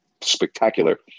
spectacular